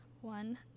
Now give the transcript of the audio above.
One